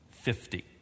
Fifty